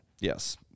Yes